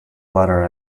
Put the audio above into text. letter